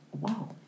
wow